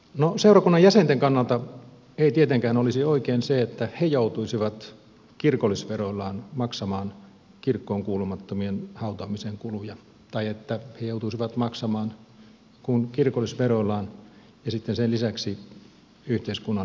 no seurakunnan jäsenten kannalta ei tietenkään olisi oikein se että he joutuisivat kirkollisveroillaan maksamaan kirkkoon kuulumattomien hautaamisen kuluja tai että he joutuisivat maksamaan kirkollisveroillaan ja sitten sen lisäksi yhteiskunnallisilla veroillaan